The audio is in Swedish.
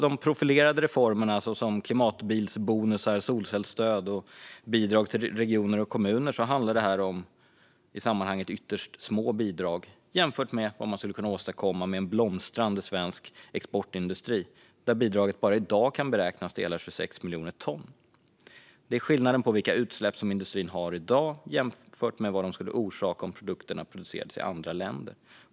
De profilerade reformerna, som klimatbilsbonusar, solcellsstöd och bidrag till regioner och kommuner, utgör i sammanhanget ytterst små bidrag jämfört med vad man skulle åstadkomma med en blomstrande svensk exportindustri. Där kan bidraget bara i dag beräknas till hela 26 miljoner ton, vilket är skillnaden mellan de utsläpp industrin har i dag och hur stora utsläppen skulle bli om produkterna producerades i andra länder.